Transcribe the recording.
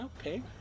Okay